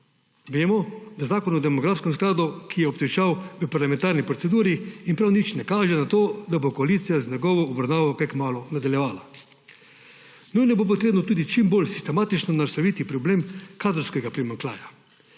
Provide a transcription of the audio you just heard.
Vemo, da je zakon o demografskem skladu obtičal v parlamentarni proceduri in prav nič ne kaže na to, da bo koalicija z njegovo obravnavo kaj kmalu nadaljevala. Nujno bo potrebno tudi čim bolj sistematično nasloviti problem kadrovskega primanjkljaja,